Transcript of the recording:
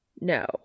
No